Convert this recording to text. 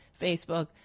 Facebook